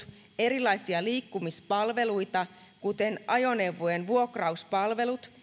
erilaisia liikkumispalveluita kuten ajoneuvojen vuokrauspalvelut